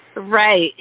Right